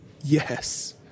Yes